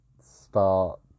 start